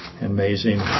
amazing